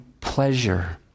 pleasure